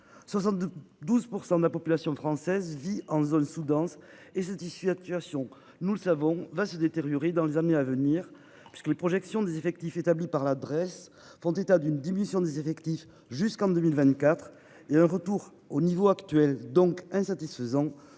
12 % de la population française vit en zone sous-dense et se dissuade situation, nous le savons va se détériorer dans les années à venir parce que les projections des effectifs établi par l'adresse font état d'une diminution des effectifs jusqu'en 2024 et un retour au niveaux actuels donc insatisfaisant